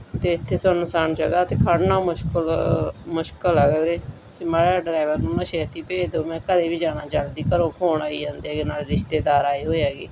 ਅਤੇ ਇੱਥੇ ਸੁੰਨਸਾਨ ਜਗ੍ਹਾ 'ਤੇ ਖੜ੍ਹਨਾ ਮੁਸ਼ਕਿਲ ਮੁਸ਼ਕਿਲ ਆ ਵੀਰਾ ਅਤੇ ਮਾੜਾ ਜਿਹਾ ਡਰਾਈਵਰ ਨੂੰ ਨਾ ਛੇਤੀ ਭੇਜ ਦਿਓ ਮੈਂ ਘਰ ਵੀ ਜਾਣਾ ਜਲਦੀ ਘਰੋਂ ਫੋਨ ਆਈ ਜਾਂਦੇ ਹੈਗੇ ਨਾਲੇ ਰਿਸ਼ਤੇਦਾਰ ਆਏ ਹੋਏ ਹੈਗੇ